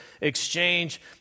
exchange